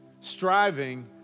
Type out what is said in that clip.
striving